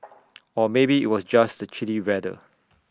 or maybe IT was just the chilly weather